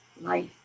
life